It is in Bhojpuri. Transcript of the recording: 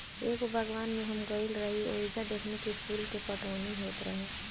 एगो बागवान में हम गइल रही ओइजा देखनी की फूल के पटवनी होत रहे